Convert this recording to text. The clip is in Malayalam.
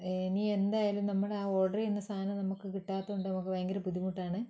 ഇനിയെന്തായാലും നമ്മൾ ആ ഓർഡറ് ചെയ്യുന്ന സാധനം നമ്മൾക്ക് കിട്ടാത്തതുകൊണ്ട് നമുക്ക് ഭയങ്കര ബുദ്ധിമുട്ടാണ്